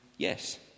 Yes